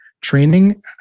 training